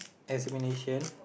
examination